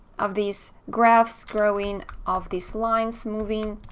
of these graphs growing, of these lines moving,